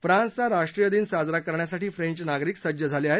फ्रान्सचा राष्ट्रीय दिन साजरा करण्यासाठी फ्रेंच नागरिक सज्ज झाले आहेत